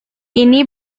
ini